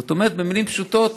זאת אומרת, במילים פשוטות,